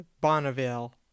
Bonneville